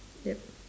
yup